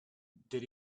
did